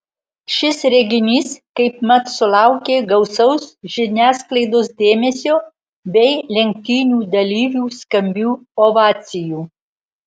šis reginys kaipmat sulaukė gausaus žiniasklaidos dėmesio bei lenktynių dalyvių skambių ovacijų